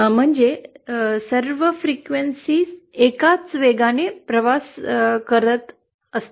म्हणजे सर्व फ्रिक्वेन्सी एकाच वेगाने प्रवास करत असतील